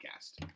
podcast